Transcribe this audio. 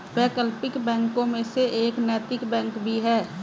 वैकल्पिक बैंकों में से एक नैतिक बैंक भी है